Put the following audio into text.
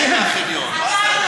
שלך, אורן,